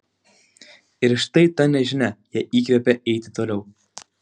ir štai ta nežinia ją įkvepia eiti toliau